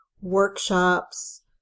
workshops